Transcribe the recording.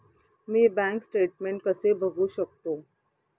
मी bank statement कसे बघू शकतो?